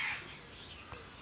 कीट कैडा पर प्रकारेर होचे?